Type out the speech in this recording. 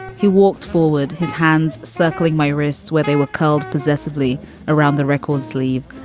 he walked forward, his hands circling my wrists where they were called possessives me around the record sleeve,